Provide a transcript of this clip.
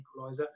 equaliser